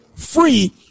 free